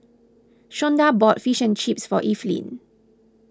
Shawnda bought Fish and Chips for Evelyn